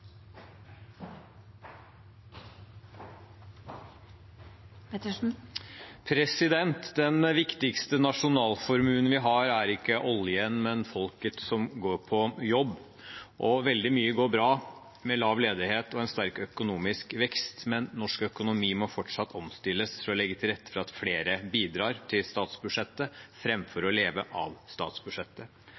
raskt. Den viktigste nasjonalformuen vi har, er ikke oljen, men folk som går på jobb. Veldig mye går bra, med lav ledighet og en sterk økonomisk vekst, men norsk økonomi må fortsatt omstilles for å legge til rette for at flere bidrar til statsbudsjettet framfor å leve av statsbudsjettet.